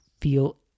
feel